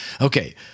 Okay